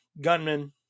gunman